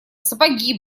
сапоги